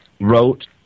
wrote